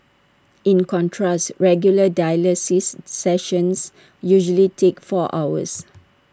in contrast regular dialysis sessions usually take four hours